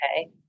Okay